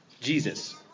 Jesus